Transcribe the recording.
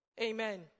Amen